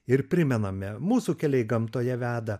ir primename mūsų keliai gamtoje veda